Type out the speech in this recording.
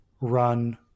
run